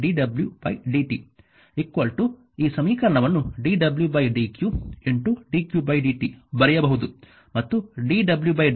6 ಆದ್ದರಿಂದ p dw dt ಈ ಸಮೀಕರಣವನ್ನು dw dq dq dt ಬರೆಯಬಹುದು